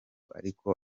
ariko